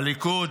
הליכוד,